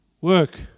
Work